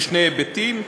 בשני היבטים.